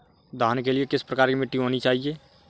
धान के लिए किस प्रकार की मिट्टी होनी चाहिए?